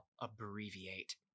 abbreviate